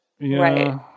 right